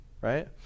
Right